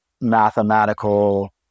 mathematical